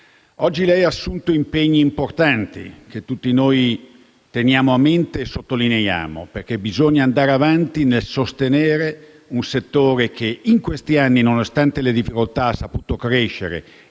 Oggi lei ha assunto impegni importanti, che tutti noi teniamo a mente e sottolineiamo, perché bisogna andare avanti nel sostenere un settore che in questi anni, nonostante le difficoltà, ha saputo crescere